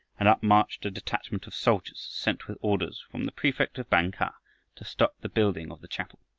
and up marched a detachment of soldiers sent with orders from the prefect of bang-kah to stop the building of the chapel.